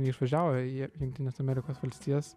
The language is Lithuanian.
neišvažiavo į jungtines amerikos valstijas